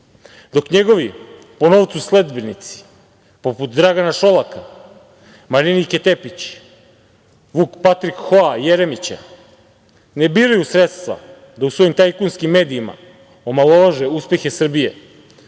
Dok njegovi, po novcu sledbenici, poput Dragana Šolaka, Marinike Tepić, Vuk Patrik Hoa Jeremića ne biraju sredstva da u svojim tajkunksim medijima omalovaže uspehe Srbije